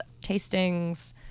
tastings